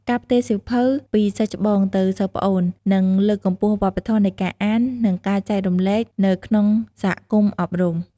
ការផ្ទេរសៀវភៅពីសិស្សច្បងទៅសិស្សប្អូន និងលើកកម្ពស់វប្បធម៌នៃការអាន និងការចែករំលែកនៅក្នុងសហគមន៍អប់រំ។